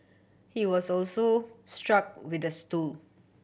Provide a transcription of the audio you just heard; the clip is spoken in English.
he was also struck with a stool